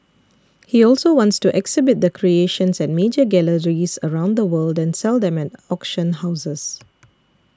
he also wants to exhibit the creations at major galleries around the world and sell them auction houses